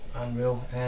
unreal